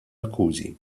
akkużi